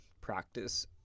practice